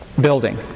Building